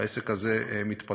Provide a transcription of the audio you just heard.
והעסק הזה מתפתח.